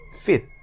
fit